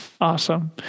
Awesome